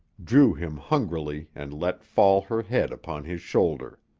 drew him hungrily and let fall her head upon his shoulder.